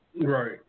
Right